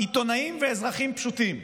עיתונאים ואזרחים פשוטים".